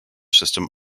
system